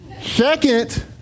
Second